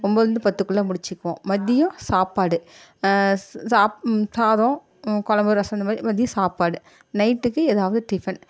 ஒம்பதிலிருந்து பத்துக்குள் முடித்துக்குவோம் மதியம் சாப்பாடு சாதம் குழம்பு ரசம் இந்த மாதிரி மதிய சாப்பாடு நைட்டுக்கு எதாவது டிஃபன்